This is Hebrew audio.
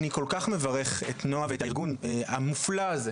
אני כל כך מברך את נועה ואת הארגון המופלא הזה,